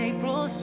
April